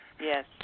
yes